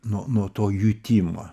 nuo nuo to jutimo